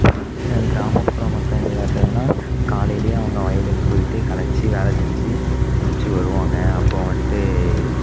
கிராமப்புற மக்கள் விளையாட்டுகள்னால் காலைலேயே அவங்க வயலுக்கு போய்விட்டு களைச்சி வேலை செஞ்சு முடித்து வருவாங்க அப்போது வந்துட்டு